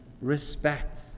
respect